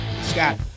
Scott